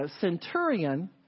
centurion